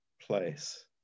place